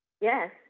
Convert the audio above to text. Yes